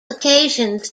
occasions